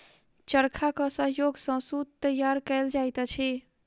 चरखाक सहयोग सॅ सूत तैयार कयल जाइत अछि